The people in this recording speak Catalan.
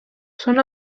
són